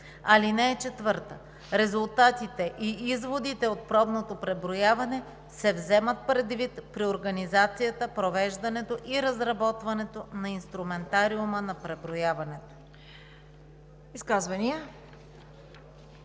„Земеделие“. (4) Резултатите и изводите от пробното преброяване се вземат предвид при организацията, провеждането и разработването на инструментариума на преброяването.“